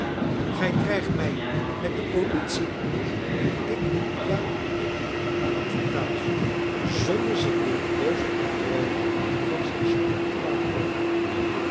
gij dreigt mij met de politie ik ja ik hernam vitalis zonder zich door den boozen padrone van zijn stuk te laten brengen